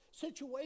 situation